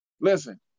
listen